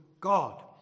God